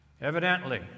Evidently